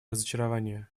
разочарование